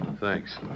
Thanks